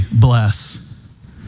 bless